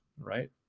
right